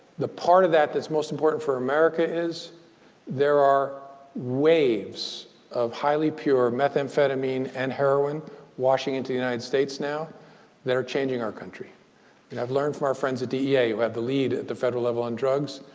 the part of that that's most important for america is there are waves of highly pure methamphetamine and heroin washing into the united states now that are changing our country. we and have learned from our friends at dea, who have the lead at the federal level on drugs,